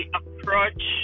approach